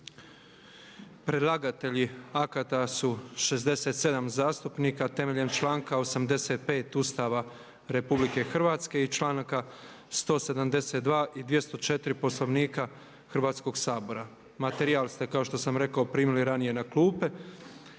Predlagatelji akata su 67 zastupnika. Temeljem članka 85. Ustava Republike Hrvatske i članaka 172. i 204. Poslovnika Hrvatskoga sabora. Materijal ste kao što sam rekao primili ranije na klupe.